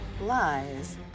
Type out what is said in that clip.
Lies